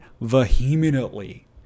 vehemently